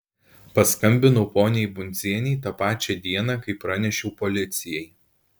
paskambinau poniai bundzienei tą pačią dieną kai pranešiau policijai